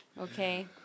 Okay